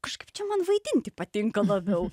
kažkaip čia man vaidinti patinka labiau